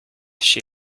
she